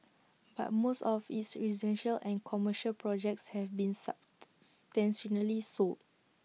but most of its residential and commercial projects have been substantially sold